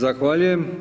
Zahvaljujem.